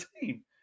team